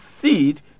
seed